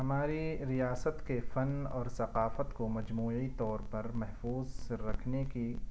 ہماری ریاست کے فن اور ثقافت کو مجموعی طور پر محفوظ رکھنے کی